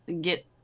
Get